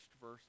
verse